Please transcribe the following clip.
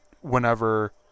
whenever